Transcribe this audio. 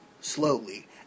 slowly